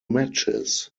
matches